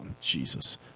Jesus